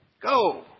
Go